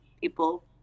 people